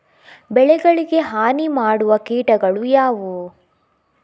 ಬೆಳೆಗಳಿಗೆ ಹಾನಿ ಮಾಡುವ ಕೀಟಗಳು ಯಾವುವು?